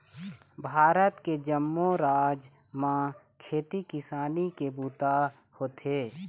भारत के जम्मो राज म खेती किसानी के बूता होथे